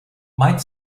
might